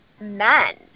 men